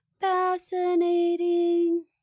Fascinating